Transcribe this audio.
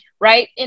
right